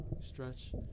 stretch